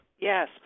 Yes